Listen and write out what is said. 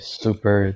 super